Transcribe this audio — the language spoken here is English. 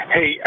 Hey